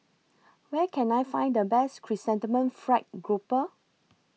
Where Can I Find The Best Chrysanthemum Fried Grouper